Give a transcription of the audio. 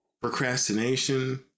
procrastination